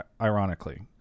ironically